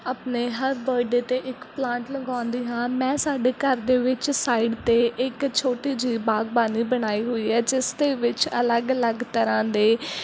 ਆਪਣੇ ਹਰ ਬਰਡੇਅ 'ਤੇ ਇੱਕ ਪਲਾਂਟ ਲਗਾਉਂਦੀ ਹਾਂ ਮੈਂ ਸਾਡੇ ਘਰ ਦੇ ਵਿੱਚ ਸਾਈਡ 'ਤੇ ਇੱਕ ਛੋਟੀ ਜਿਹੀ ਬਾਗਬਾਨੀ ਬਣਾਈ ਹੋਈ ਹੈ ਜਿਸ ਦੇ ਵਿੱਚ ਅਲੱਗ ਅਲੱਗ ਤਰ੍ਹਾਂ ਦੇ